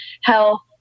health